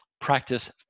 practice